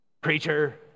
preacher